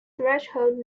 threshold